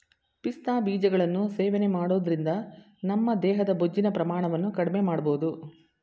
ಪಿಸ್ತಾ ಬೀಜಗಳನ್ನು ಸೇವನೆ ಮಾಡೋದ್ರಿಂದ ನಮ್ಮ ದೇಹದ ಬೊಜ್ಜಿನ ಪ್ರಮಾಣವನ್ನು ಕಡ್ಮೆಮಾಡ್ಬೋದು